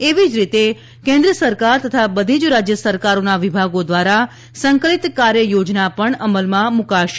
એવી જ રીતે કેન્દ્ર સરકાર તથા બધી જ રાજ્ય સરકારોના વિભાગો દ્વારા સંકલિત કાર્યયોજના પણ અમલમાં મૂકાશે